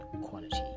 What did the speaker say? quality